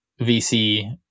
vc